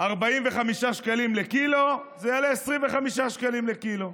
45 שקלים לקילו, זה יעלה 25 שקלים לקילו.